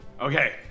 Okay